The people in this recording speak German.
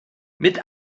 mit